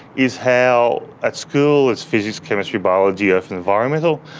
is how at school it's physics, chemistry, biology, earth and environmental.